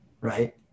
Right